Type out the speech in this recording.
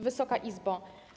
Wysoka Izbo!